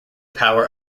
power